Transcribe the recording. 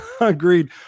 agreed